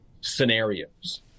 scenarios